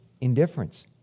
indifference